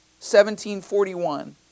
1741